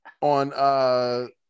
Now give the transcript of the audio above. on